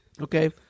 Okay